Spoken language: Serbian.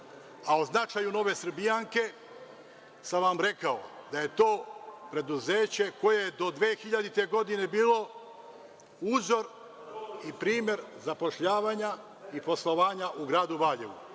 A o značaju „Nove Srbijanke“ sam vam rekao, da je to preduzeće koje je do 2000. godine bilo uzor i primer zapošljavanja i poslovanja u gradu Valjevu,